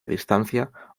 distancia